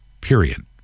Period